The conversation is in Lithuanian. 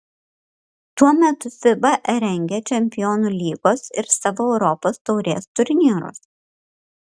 tuo metu fiba rengia čempionų lygos ir savo europos taurės turnyrus